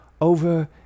over